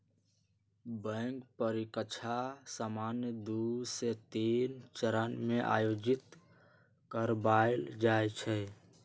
bank परीकछा सामान्य दू से तीन चरण में आयोजित करबायल जाइ छइ